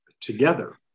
together